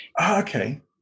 okay